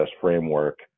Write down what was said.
framework